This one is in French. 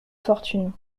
fortunes